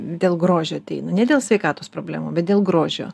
dėl grožio ateina ne dėl sveikatos problemų bet dėl grožio